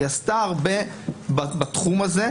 היא עשתה הרבה בתחום הזה,